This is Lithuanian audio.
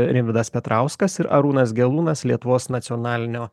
rimvydas petrauskas ir arūnas gelūnas lietuvos nacionalinio